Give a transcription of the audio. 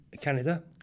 Canada